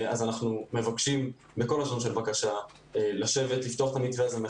אנחנו מבקשים בכל לשון של בקשה לשבת ולפתוח את המתווה הזה.